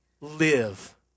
live